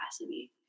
capacity